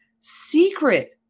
secret